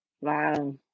Wow